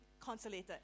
consolated